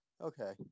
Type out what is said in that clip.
Okay